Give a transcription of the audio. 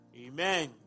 Amen